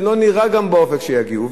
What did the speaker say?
וגם לא נראה באופק שיגיעו.